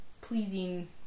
pleasing